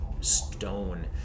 stone